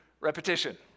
repetition